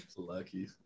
lucky